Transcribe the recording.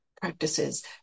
practices